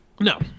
no